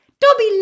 Dobby